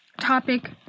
topic